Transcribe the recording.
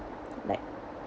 like